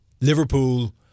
Liverpool